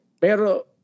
Pero